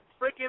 freaking